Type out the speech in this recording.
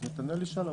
נתנאל ישאל,